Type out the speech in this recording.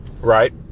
right